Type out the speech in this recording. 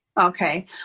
Okay